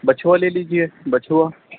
بچھوا لے لیجیے بچھوا